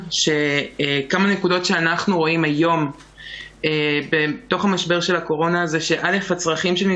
כי הונחו היום על שולחן הכנסת מסקנות ועדת הכלכלה בעקבות